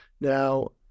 Now